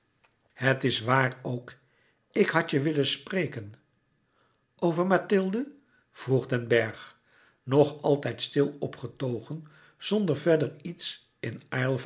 het is waar ook ik had je willen spreken over mathilde vroeg den bergh nog altijd stil opgetogen zonder verder iets in